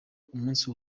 umunsi